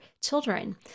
children